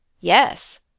Yes